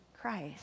Christ